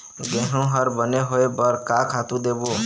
गेहूं हर बने होय बर का खातू देबो?